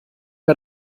bei